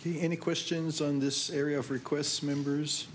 ago any questions on this area of requests members